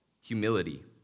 humility